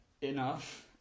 enough